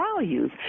values